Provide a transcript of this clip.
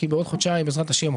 כי בעוד חודשיים בעזרת השם,